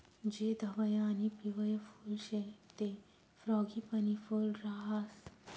जे धवयं आणि पिवयं फुल शे ते फ्रॉगीपनी फूल राहास